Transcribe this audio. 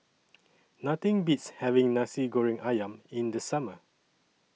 Nothing Beats having Nasi Goreng Ayam in The Summer